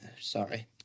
sorry